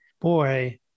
boy